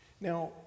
Now